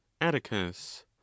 atticus